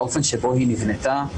באופן שבו היא נבנתה,